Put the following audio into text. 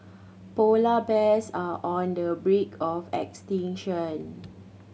polar bears are on the brink of extinction